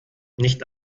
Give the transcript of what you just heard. nicht